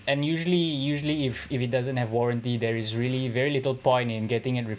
and usually usually if if it doesn't have warranty there is really very little point in getting a